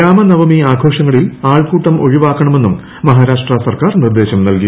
രാമനവമി ആഘോഷങ്ങളിൽ ആൾക്കൂട്ടം ഒഴിവാക്കണമെന്നും മഹാരാഷ്ട്ര സർക്കാർ നിർദ്ദേശം നൽകി